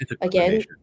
again